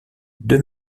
deux